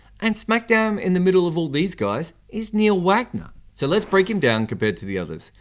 and smack down in the middle of all these guys is neil wagner. so let's break him down compared to the others.